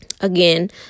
again